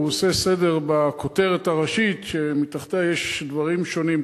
הוא עושה סדר בכותרת הראשית שמתחתיה יש דברים שונים,